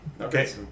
Okay